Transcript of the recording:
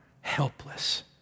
helpless